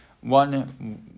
one